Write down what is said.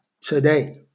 today